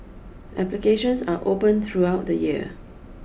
applications are open throughout the year